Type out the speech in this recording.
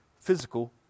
physical